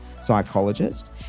psychologist